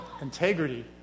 integrity